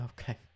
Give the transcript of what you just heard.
Okay